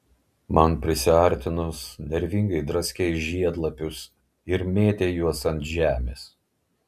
man prisiartinus nervingai draskei žiedlapius ir mėtei juos ant žemės